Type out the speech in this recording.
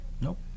Nope